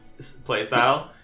playstyle